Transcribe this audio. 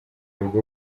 bwo